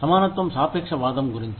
సమానత్వం సాపేక్షవాదం గురించి